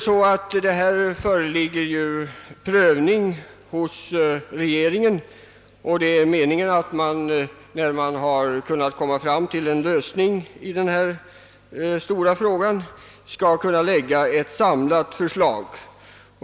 Spörsmålet prövas hos regeringen, och det är meningen att den, när man kunnat komma fram till en lösning, skall kunna framlägga ett samlat förslag.